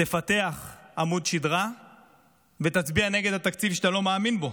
תפתח עמוד שדרה ותצביע נגד התקציב שאתה לא מאמין בו,